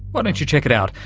why don't you check it out,